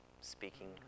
speaking